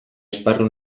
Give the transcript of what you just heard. esparru